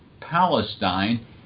Palestine